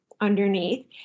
underneath